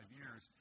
years